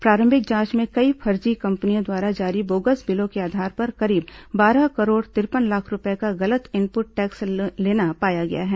प्रारंभिक जांच में कई फर्जी कंपनियों द्वारा जारी बोगस बिलों के आधार पर करीब बारह करोड़ तिरपन लाख रूपये का गलत इनपुट टैक्स लेना पाया गया है